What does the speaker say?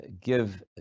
give